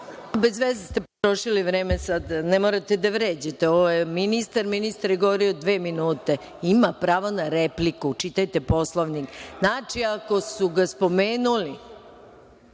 Bezveze ste trošili vreme sada, ne morate da vređate, ovo je ministar. Ministar je govorio dva minuta. Ima pravo na repliku. Čitajte Poslovnik. Znači, ako su ga spomenuli.